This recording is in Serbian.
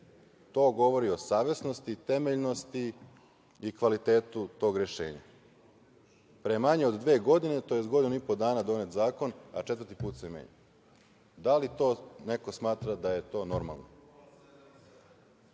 To govori o savesnosti, temeljnosti i kvalitetu tog rešenja. Pre manje od dve godine, tj. godinu i po dana donet zakon, a četvrti put se menja. Da li to neko smatra da je to normalno? Jedan